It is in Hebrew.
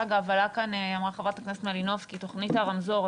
אגב, אמרה חברת הכנסת מלינובסקי "תוכנית הרמזור".